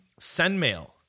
SendMail